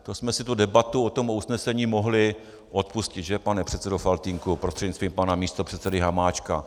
To jsme si tu debatu o tom usnesení mohli odpustit, že, pane předsedo Faltýnku prostřednictvím pana místopředsedy Hamáčka?